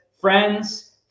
friends